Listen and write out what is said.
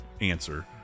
answer